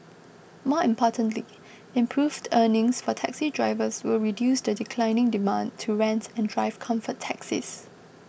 more importantly improved earnings for taxi drivers will reduce the declining demand to rent and drive Comfort taxis